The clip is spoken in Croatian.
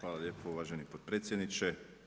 Hvala lijepo uvaženi potpredsjedniče.